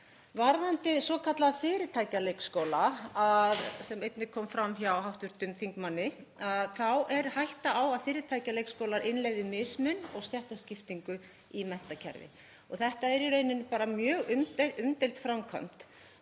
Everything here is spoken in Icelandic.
Varðandi svokallaða fyrirtækjaleikskóla, sem einnig kom fram hjá hv. þingmanni, þá er hætta á að fyrirtækjaleikskólar innleiði mismun og stéttaskiptingu í menntakerfi og þetta er í rauninni bara mjög umdeild framkvæmd.